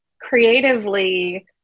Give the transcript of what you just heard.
creatively